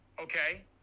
Okay